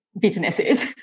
businesses